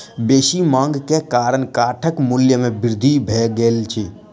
बेसी मांग के कारण काठक मूल्य में वृद्धि भ गेल अछि